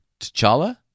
T'Challa